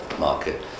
market